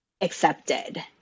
accepted